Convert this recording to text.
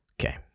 Okay